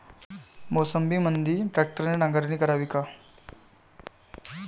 मोसंबीमंदी ट्रॅक्टरने नांगरणी करावी का?